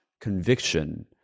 conviction